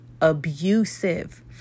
abusive